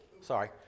Sorry